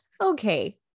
Okay